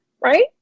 right